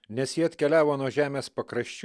nes jie atkeliavo žemės pakraščių